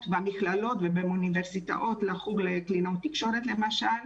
במכללות ובאוניברסיטאות בחוג לקלינאיות תקשורת למשל.